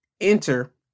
enter